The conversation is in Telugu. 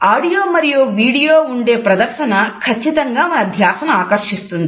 ఆడియో మరియు వీడియో ఉండె ప్రదర్శన ఖచ్చితంగా మన ధ్యాసను ఆకర్షిస్తుంది